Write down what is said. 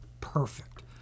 perfect